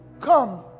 come